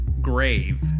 grave